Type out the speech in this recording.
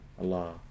Allah